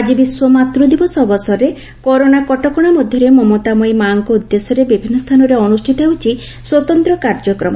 ଆଜି ବିଶ୍ୱ ମାତୂଦିବସ ଅବସରରେ କରୋନା କଟକଶା ମଧରେ ମମତାମୟୀ ମାଆଙ୍କ ଉଦ୍ଦେଶ୍ୟରେ ବିଭିନ୍ନ ସ୍ଚାନରେ ଅନୁଷିତ ହେଉଛି ସ୍ୱତନ୍ତ କାର୍ଯ୍ୟକ୍ରମ